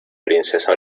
princesa